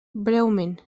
breument